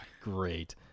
great